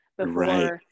right